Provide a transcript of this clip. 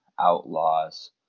outlaws